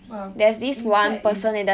but in fact is